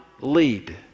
lead